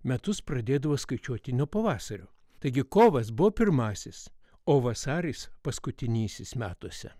metus pradėdavo skaičiuoti nuo pavasario taigi kovas buvo pirmasis o vasaris paskutinysis metuose